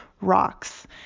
rocks